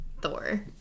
Thor